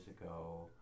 ago